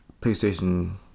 PlayStation